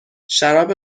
شراب